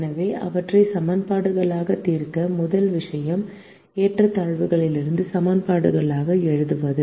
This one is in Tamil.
எனவே அவற்றை சமன்பாடுகளாக தீர்க்க முதல் விஷயம் ஏற்றத்தாழ்வுகளிலிருந்து சமன்பாடுகளாக எழுதுவது